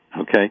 Okay